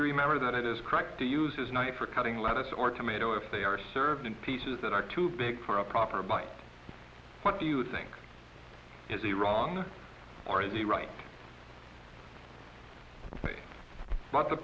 to remember that it is correct to use his knife for cutting lettuce or tomato if they are served in pieces that are too big for a prop by what do you think is the wrong are the right way but the